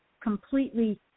completely